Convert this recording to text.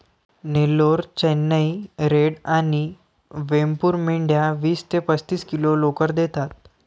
Nellore, Chennai red आणि वेमपूर मेंढ्या वीस ते पस्तीस किलो लोकर देतात